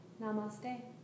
Namaste